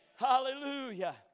Hallelujah